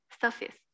surface